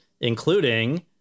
including—